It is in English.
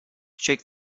shake